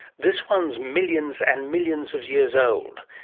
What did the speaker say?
this one is millions and millions of years old.